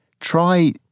Try